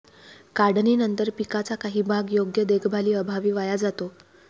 काढणीनंतर पिकाचा काही भाग योग्य देखभालीअभावी वाया जातो